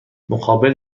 مقابل